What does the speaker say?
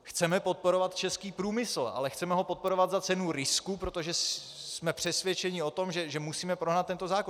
Chceme podporovat český průmysl, ale chceme ho podporovat za cenu risku, protože jsme přesvědčeni o tom, že musíme prohnat tento zákon.